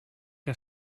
que